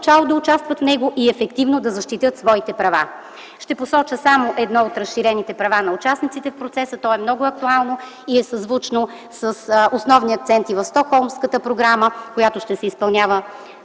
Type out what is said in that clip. да участват в него и ефективно да защитят своите права. Ще посоча само едно от разширените права на участниците в процеса. То е много актуално и е съзвучно с основни акценти в Стокхолмската програма, която, убедена